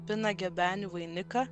pina gebenių vainiką